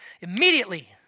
Immediately